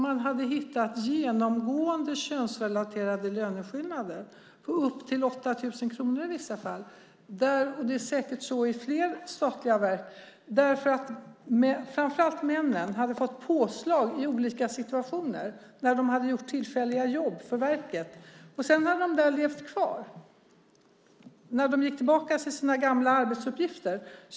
Man hade hittat genomgående könsrelaterade löneskillnader på upp till 8 000 kronor i vissa fall, och det är säkert så i flera statliga verk. Framför allt männen hade fått påslag i olika situationer när de hade gjort tillfälliga jobb för verket. Dessa påslag levde sedan kvar när de gick tillbaka till sina gamla arbetsuppgifter.